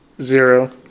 Zero